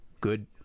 Good